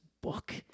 book